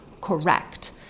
correct